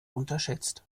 unterschätzt